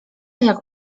jak